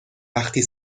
وقتی